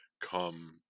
come